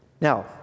Now